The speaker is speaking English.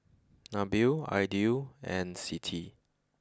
Nabil Aidil and Siti